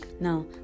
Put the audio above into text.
now